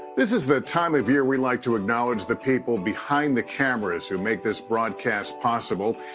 this is the time of year we like to acknowledge the people behind the cameras who make this broadcast possible.